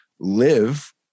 live